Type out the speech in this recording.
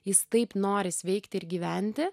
jis taip nori sveikti ir gyventi